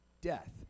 death